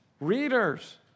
readers